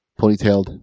Ponytailed